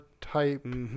type